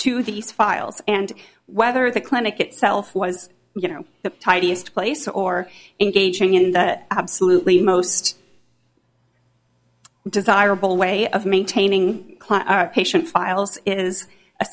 to these files and whether the clinic itself was you know the tightest place or engaging in that absolutely most desirable way of maintaining clara patient files is a